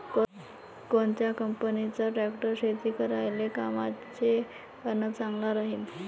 कोनच्या कंपनीचा ट्रॅक्टर शेती करायले कामाचे अन चांगला राहीनं?